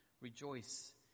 Rejoice